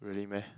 really meh